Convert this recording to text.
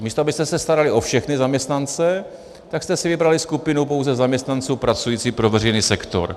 Místo abyste se starali o všechny zaměstnance, tak jste si vybrali skupinu pouze zaměstnanců pracujících pro veřejný sektor.